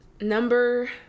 Number